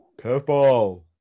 Curveball